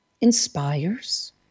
inspires